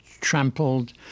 trampled